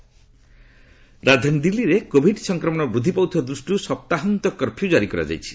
Delhi curfew ରାଜଧାନୀ ଦିଲ୍ଲୀରେ Covid ସଂକ୍ରମଣ ବୃଦ୍ଧି ପାଉଥିବା ଦୃଷ୍ଟିରୁ ସପ୍ତାହନ୍ତ କର୍ଫ୍ୟୁ ଜାରି କରାଯାଇଛି